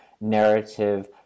narrative